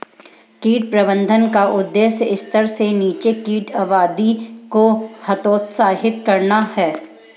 कीट प्रबंधन का उद्देश्य स्तर से नीचे कीट आबादी को हतोत्साहित करना है